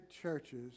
churches